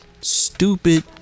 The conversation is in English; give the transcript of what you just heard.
stupid